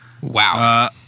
Wow